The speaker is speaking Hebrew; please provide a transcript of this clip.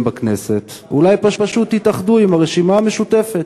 בכנסת: אולי פשוט תתאחדו עם הרשימה המשותפת.